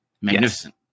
Magnificent